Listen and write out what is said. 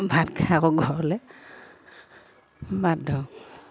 ভাত খাই আকৌ ঘৰলৈ বাট ধৰোঁ